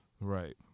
Right